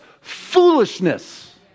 foolishness